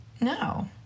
No